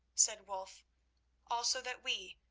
said wulf also that we,